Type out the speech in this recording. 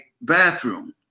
bathroom